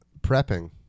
prepping